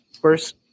first